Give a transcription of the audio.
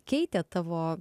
keitė tavo